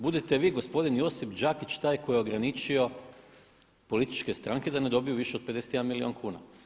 Budite vi gospodin Josip Đakić taj koji je ograničio političke stranke da ne dobiju više od 51 milijun kuna.